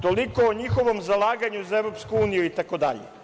Toliko o njihovom zalaganju za EU itd.